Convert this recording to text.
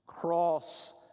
cross